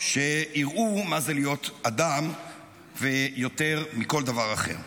שהראו מה זה להיות אדם יותר מכל דבר אחר.